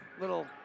little